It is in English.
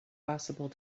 possible